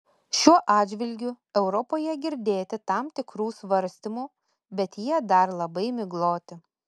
šiuo atžvilgiu europoje girdėti tam tikrų svarstymų bet jie dar labai migloti